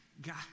God